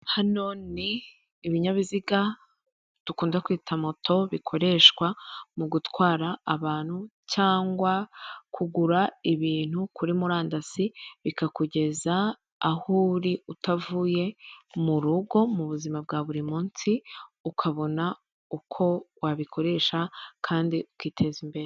Hano ni ibinyabiziga dukunda kwita moto bikoreshwa mu gutwara abantu cyangwa kugura ibintu kuri murandasi bakabikugezaho aho uri utavuye mu rugo mu buzima bwa buri munsi ukabona uko wabikoresha kandi ukiteza imbere .